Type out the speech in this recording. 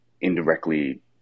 indirectly